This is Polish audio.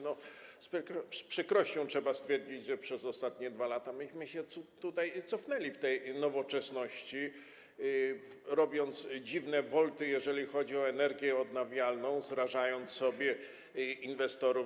No z przykrością trzeba stwierdzić, że przez ostatnie 2 lata my się tutaj cofnęliśmy w tej nowoczesności, robiąc dziwne wolty, jeżeli chodzi o energię odnawialną, zrażając sobie inwestorów.